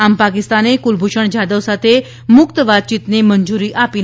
આમ પાકિસ્તાને કુલભૂષણ જાધવ સાથે મુક્ત વાતચીતને મંજુરી આપી નથી